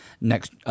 next